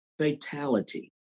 fatality